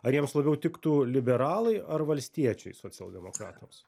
ar jiems labiau tiktų liberalai ar valstiečiai socialdemokratams